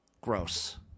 Gross